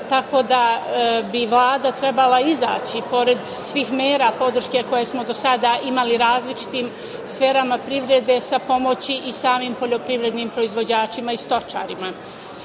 tako da bi Vlada trebala izaći pored svih mera podrške koje smo do sada imali različitim sferama privrede sa pomoći i samim poljoprivrednim proizvođačima i stočarima. Nije